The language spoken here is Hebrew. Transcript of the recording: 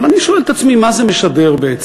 אבל אני שואל את עצמי, מה זה משדר בעצם?